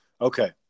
okay